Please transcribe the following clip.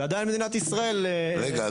ועדין מדינת ישראל --- רגע,